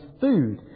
food